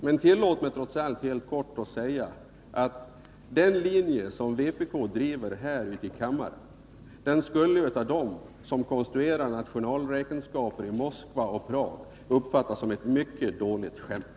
Men tillåt mig ändå att helt kort säga att den linje som vpk driver här i kammaren av dem som konstruerar nationalräkenskaper i Moskva och Prag skulle uppfattas som ett mycket dåligt skämt.